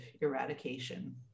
eradication